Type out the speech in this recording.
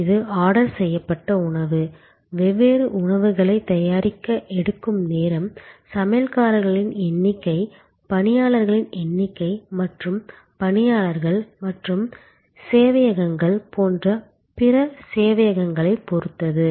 இது ஆர்டர் செய்யப்பட்ட உணவு வெவ்வேறு உணவுகளைத் தயாரிக்க எடுக்கும் நேரம் சமையல்காரர்களின் எண்ணிக்கை பணியாளர்களின் எண்ணிக்கை மற்றும் பணியாளர்கள் மற்றும் சேவையகங்கள் போன்ற பிற சேவையகங்களைப் பொறுத்தது